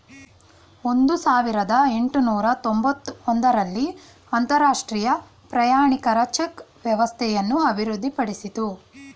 ಒಂದು ಸಾವಿರದ ಎಂಟುನೂರು ತೊಂಬತ್ತ ಒಂದು ರಲ್ಲಿ ಅಂತರಾಷ್ಟ್ರೀಯ ಪ್ರಯಾಣಿಕರ ಚೆಕ್ ವ್ಯವಸ್ಥೆಯನ್ನು ಅಭಿವೃದ್ಧಿಪಡಿಸಿತು